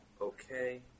okay